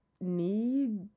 need